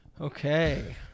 Okay